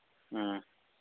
ꯎꯝ